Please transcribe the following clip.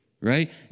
right